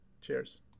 Cheers